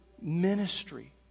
ministry